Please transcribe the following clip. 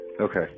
okay